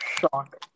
shock